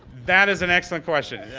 that is an excellent question.